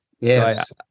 yes